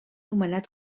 nomenat